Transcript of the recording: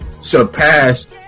surpass